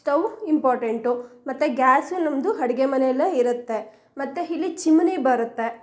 stove important ಮತ್ತು gas ನಮ್ಮದು ಅಡ್ಗೆ ಮನೆಯಲ್ಲೇ ಇರುತ್ತೆ ಮತ್ತು ಇಲ್ಲಿ ಚಿಮ್ನಿ ಬರುತ್ತೆ